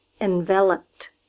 Enveloped